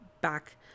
back